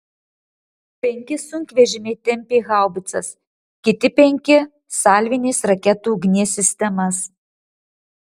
penki sunkvežimiai tempė haubicas kiti penki salvinės raketų ugnies sistemas